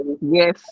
yes